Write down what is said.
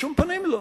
בשום פנים לא.